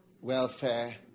welfare